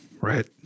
right